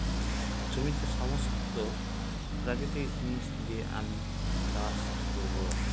জমিতে সমস্ত প্রাকৃতিক জিনিস দিয়ে আমি চাষ করবো